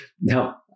Now